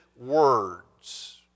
words